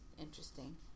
interesting